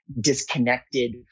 disconnected